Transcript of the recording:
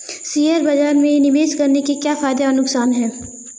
Share बाज़ार में निवेश करने के क्या फायदे और नुकसान हैं?